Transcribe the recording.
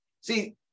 See